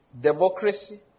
Democracy